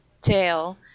tail